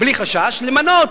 בלי חשש למנות,